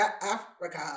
Africa